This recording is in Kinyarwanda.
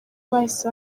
bahise